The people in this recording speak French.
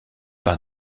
par